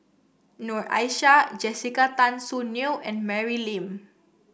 Noor Aishah Jessica Tan Soon Neo and Mary Lim